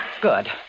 Good